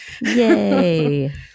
Yay